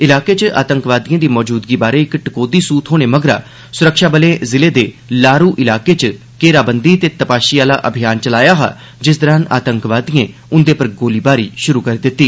इलाके च आतंकवादिए दी मौजूदगी बारै इक टकोहदी सूह थ्होने मगरा सुरक्षाबले जिले दे लारू इलाके च घेराबंदी ते तपाशी आहला अभियान चलाया हा जिस दौरान आतंकवादिए उंदे पर गोलीबारी शुरु करी दित्ती